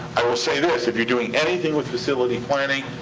i will say this, if you're doing anything with facility planning,